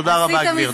תודה רבה, גברתי.